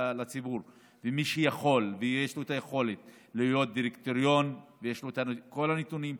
למי שיכול ויש לו יכולת להיות בדירקטוריון ויש לו את כל הנתונים,